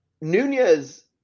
Nunez